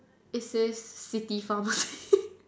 it says city pharmacy